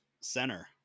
center